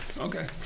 Okay